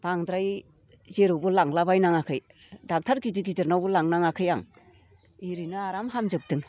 बांद्राय जेरावबो लांलाबायनाङाखै डाक्टार गिदिर गिदिरनावबो लांनाङाखै आं एरैनो आराम हामजोबदों